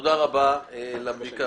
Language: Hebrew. תודה רבה.